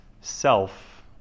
self